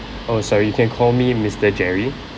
oh sorry you can call me mister jerry